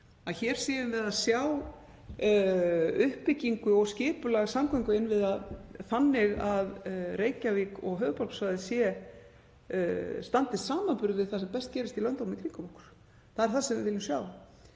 fyrir augum að við sjáum uppbyggingu og skipulag samgönguinnviða þannig að Reykjavík og höfuðborgarsvæðið standist samanburð við það sem best gerist í löndunum í kringum okkur. Það er það sem við viljum sjá.